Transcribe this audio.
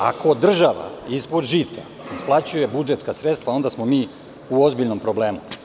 Ako država ispod žita isplaćuje budžetska sredstva, onda smo mi u ozbiljnom problemu.